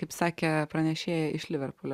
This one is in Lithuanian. kaip sakė pranešėja iš liverpulio